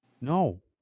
No